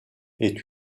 est